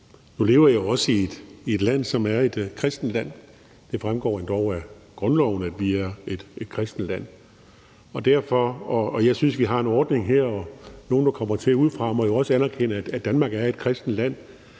Nu lever jeg jo også i et land, som er et kristent land. Det fremgår endog af grundloven, at vi er et kristent land, og jeg synes, at vi har en ordning her, og nogle, der kommer til udefra, må jo også anerkende, at Danmark er et kristent land.